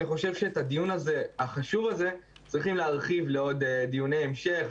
אני חושב שאת הדיון החשוב הזה צריכים להרחיב לעוד דיוני המשך,